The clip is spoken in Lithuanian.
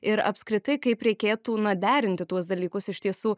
ir apskritai kaip reikėtų na derinti tuos dalykus iš tiesų